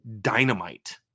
dynamite